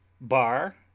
Bar